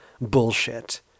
bullshit